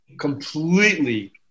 completely